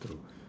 to do